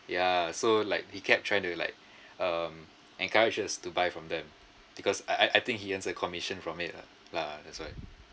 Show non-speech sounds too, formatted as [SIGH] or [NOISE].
ya so like he kept trying to like [BREATH] um encouraged us to buy from them because I I I think he earns a commission from it lah lah ah that's why